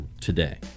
today